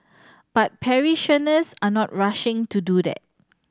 but parishioners are not rushing to do that